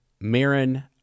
Marin